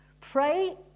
Pray